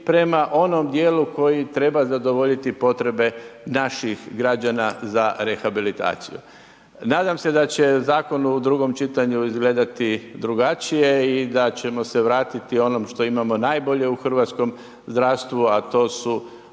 prema onom djelu koji treba zadovoljiti potrebe naših građana za rehabilitaciju. Nadam se da će zakon u drugom čitanju izgledati drugačije i da ćemo se vratiti onome što imamo najbolje u hrvatskom zdravstvu, a to je